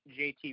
JT